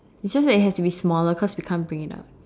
it's just that it has to be smaller cause you can't bring it out